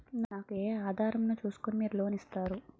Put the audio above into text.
నాకు ఏ ఆధారం ను చూస్కుని మీరు లోన్ ఇస్తారు?